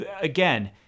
again